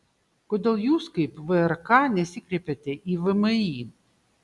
kodėl jūs kaip vrk nesikreipėte į vmi